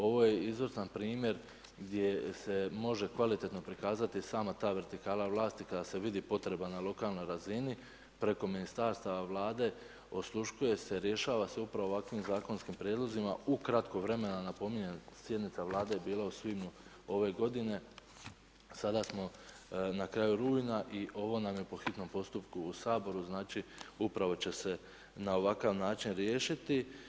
Ovo je izvrstan primjer gdje se može kvalitetno prikazati sama ta vertikala vlasti kada se vidi potreba na lokalnoj razini preko ministarstava, vlade, osluškuje se, rješava se upravo ovakvim zakonskim prijedlozima u kratko vremena, napominjem sjednica vlade je bila u svibnju ove godine, sada smo na kraju rujna i ovo nam je po hitnom postupku u Saboru, znači upravo će se na ovakav način riješiti.